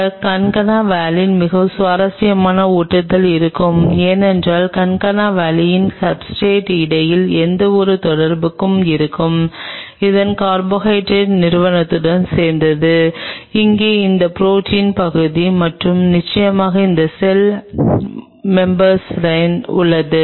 இந்த கான்கானா வலினுடன் மிகவும் சுவாரஸ்யமான ஒட்டுதல் இருக்கும் ஏனென்றால் கான்கானா வாலின் சப்ஸ்ர்டேட் இடையில் எந்தவொரு தொடர்புகளும் இருக்கும் அதன் கார்போஹைட்ரேட் நிறுவனத்துடன் சேர்ந்தது இங்கே அதன் ப்ரோடீன் பகுதி மற்றும் நிச்சயமாக இங்கே செல் மெம்ப்ரைன் உள்ளது